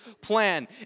plan